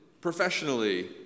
professionally